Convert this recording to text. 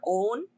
own